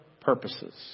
purposes